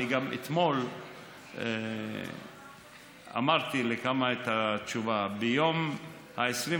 אני גם אתמול אמרתי לכמה את התשובה: ביום 25